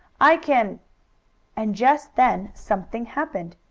i can and just then something happened.